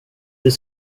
det